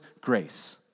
grace